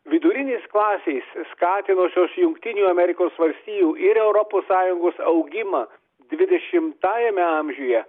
vidurinės klasės skatinusios jungtinių amerikos valstijų ir europos sąjungos augimą dvidešimtajame amžiuje